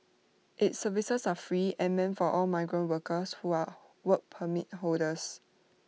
its services are free and meant for all migrant workers who are Work Permit holders